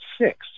six